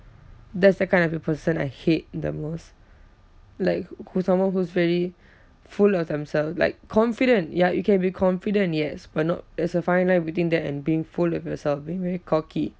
that's the kind of a person I hate the most like who someone who's very full of themselves like confident ya you can be confident yes but not there's a fine line between that and being full of yourself being very cocky